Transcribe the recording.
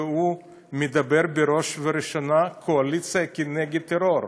והוא מדבר בראש ובראשונה על קואליציה נגד טרור,